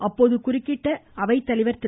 அப்போது குறுக்கிட்ட அவைத்தலைவா் திரு